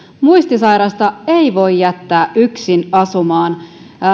muistisairasta ei voi jättää yksin asumaan